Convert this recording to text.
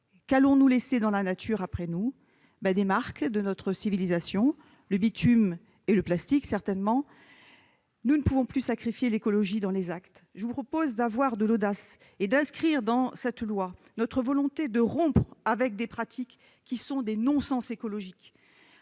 Qu'allons-nous laisser dans la nature après nous ? Des marques de notre civilisation, le bitume et le plastique, certainement. Nous ne pouvons plus sacrifier l'écologie dans les actes. Je vous propose d'avoir de l'audace et d'inscrire dans ce texte notre volonté de rompre avec des pratiques qui sont des non-sens écologiques.